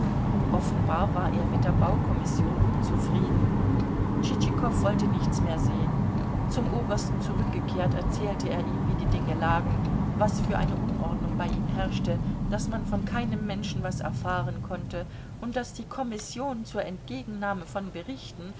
offenbar war er mit der baukommission unzufrieden tschitschikow wollte nichts mehr sehen zum obersten zurückgekehrt erzählte er ihm wie die dinge lagen was für eine unordnung bei ihm herrschte daß man von keinem menschen was erfahren konnte und daß die kommission zur entgegennahme von berichten